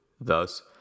Thus